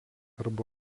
arba